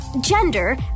Gender